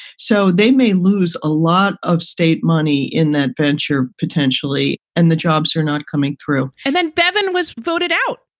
so they may lose a lot of state money in that venture potentially. and the jobs are not coming through. and then bevin was voted out.